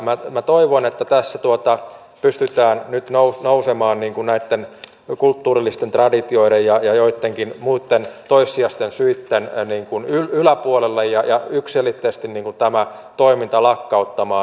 minä toivon että tässä pystytään nyt nousemaan näitten kulttuurillisten traditioiden ja joittenkin muitten toissijaisten syitten yläpuolelle ja yksiselitteisesti tämä toiminta lakkauttamaan